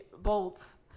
bolts